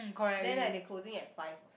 then like they closing at five